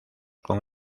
con